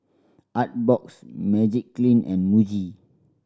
Artbox Magiclean and Muji